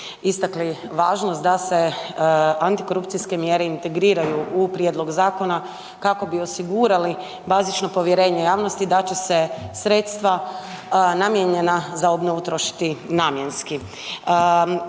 istakli važnost da se antikorupcijske mjere integriraju u prijedlog zakona kako bi osigurali bazično povjerenje javnosti da će se sredstva namijenjena za obnovu trošiti namjenski.